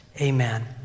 amen